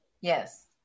Yes